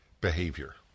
behavior